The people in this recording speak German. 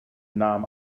nahm